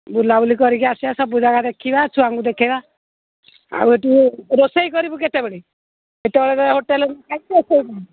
ବୁଲାବୁଲି କରିକି ଆସିବା ସବୁ ଜାଗା ଦେଖିବା ଛୁଆଙ୍କୁ ଦେଖେଇବା ଆଉ ଏଠୁ ରୋଷେଇ କରିବୁ କେତେବେଳେ କେତେବେଳେ ହୋଟେଲ୍ ଖାଇବୁ ରୋଷେଇ